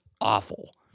awful